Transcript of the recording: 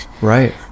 Right